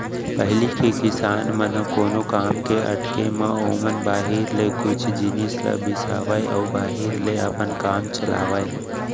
पहिली के किसान मन ह कोनो काम के अटके म ओमन बाहिर ले कुछ जिनिस ल बिसावय अउ बाहिर ले अपन काम चलावयँ